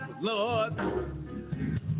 Lord